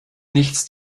nichts